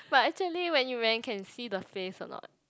but actually when you went can see the face or not